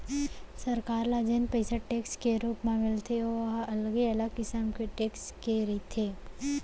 सरकार ल जेन पइसा टेक्स के रुप म मिलथे ओ ह अलगे अलगे किसम के टेक्स के रहिथे